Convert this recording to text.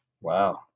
Wow